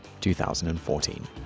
2014